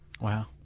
Wow